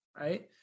right